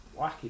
wacky